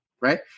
right